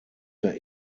der